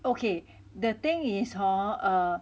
okay the thing is hor err